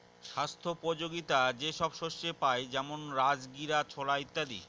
স্বাস্থ্যোপযোগীতা যে সব শস্যে পাই যেমন রাজগীরা, ছোলা ইত্যাদি